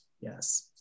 Yes